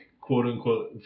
quote-unquote